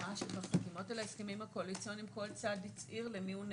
בהצהרה של החתימות על ההסכמים הקואליציוניים כל צד הצהיר למי הוא נאמן,